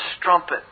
strumpet